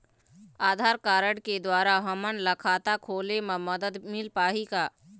आधार card के द्वारा हमन ला खाता खोले म मदद मिल पाही का?